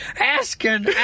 asking